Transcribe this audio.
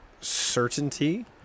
certainty